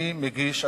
אני מגיש,